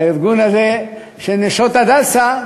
הארגון הזה, "נשות הדסה",